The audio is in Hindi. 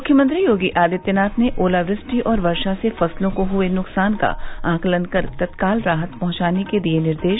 मुख्यमंत्री योगी आदित्यनाथ ने ओलावृष्टि और वर्षा से फसलों को हए नुकसान का आकलन कर तत्काल राहत पहंचाने के दिए निर्देश